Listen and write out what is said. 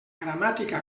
gramàtica